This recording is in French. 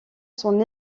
son